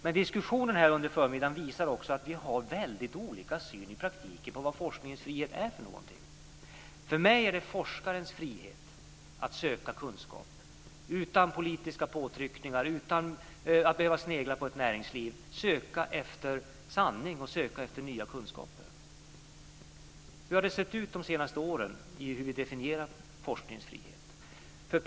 Men diskussionen här under förmiddagen visar också att vi har väldigt olika syn på vad forskningens frihet är för någonting. För mig handlar det om forskarens frihet att söka nya kunskaper utan politiska påtryckningar och utan att behöva snegla på näringslivet, att söka efter sanning. Hur har det sett ut under de senaste åren i fråga om hur vi definierar forskningens frihet?